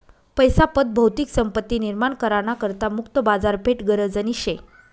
पैसा पत भौतिक संपत्ती निर्माण करा ना करता मुक्त बाजारपेठ गरजनी शे